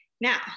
now